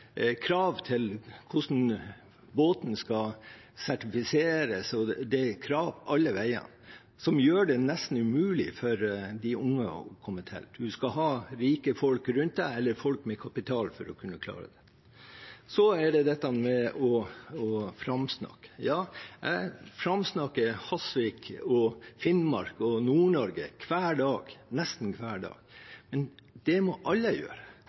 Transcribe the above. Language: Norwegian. krav til hvordan båten skal sertifiseres, og det er krav alle veier som gjør det nesten umulig for de unge å komme til. En skal ha rike folk rundt seg eller folk med kapital for å kunne klare det. Så til dette med å framsnakke. Ja, jeg framsnakker Hasvik og Finnmark og Nord-Norge nesten hver dag. Det må alle gjøre,